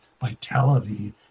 vitality